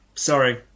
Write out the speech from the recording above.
Sorry